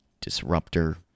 Disruptor